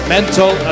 Mental